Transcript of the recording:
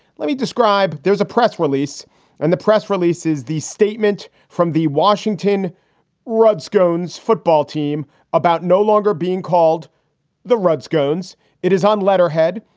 let me describe there's a press release and the press releases the statement from the washington redskins football team about no longer being called the redskins. it is on letterhead.